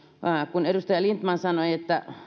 kun edustaja lindtman sanoi että